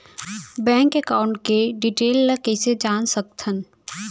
Bank account के detail ल कइसे जान सकथन?